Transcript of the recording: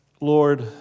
Lord